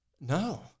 no